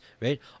right